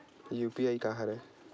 UPI का हरय?